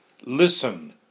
Listen